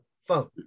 phone